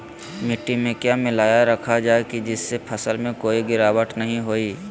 मिट्टी में क्या मिलाया रखा जाए जिससे फसल में कोई गिरावट नहीं होई?